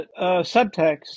subtext